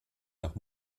nach